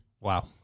Wow